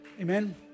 Amen